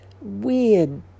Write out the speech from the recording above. weird